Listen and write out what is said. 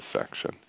section